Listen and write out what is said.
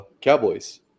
Cowboys